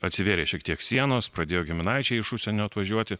atsivėrė šiek tiek sienos pradėjo giminaičiai iš užsienio atvažiuoti